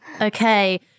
Okay